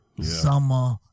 summer